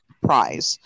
prize